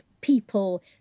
people